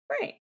right